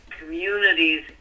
communities